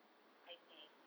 I_T